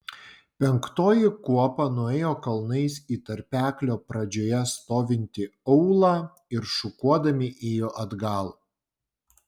penktoji kuopa nuėjo kalnais į tarpeklio pradžioje stovintį aūlą ir šukuodami ėjo atgal